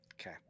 Okay